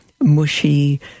mushy